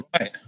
right